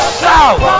shout